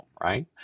right